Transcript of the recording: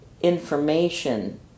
information